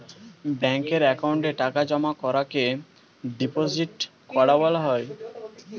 ব্যাঙ্কের অ্যাকাউন্টে টাকা জমা করাকে ডিপোজিট করা বলা হয়